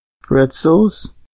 pretzels